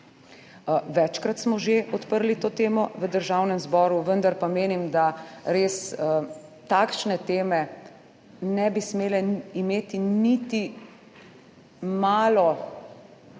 Večkrat smo že odprli to temo v Državnem zboru, vendar pa menim, da res takšne teme ne bi smele imeti niti malo